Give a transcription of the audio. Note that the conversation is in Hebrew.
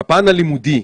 בפן הלימודי,